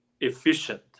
efficient